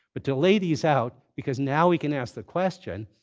but to lay these out, because now we can ask the question,